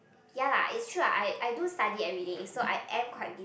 ya lah it's true ah I I do study everyday so I am quite busy